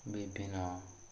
ବିଭିନ୍ନ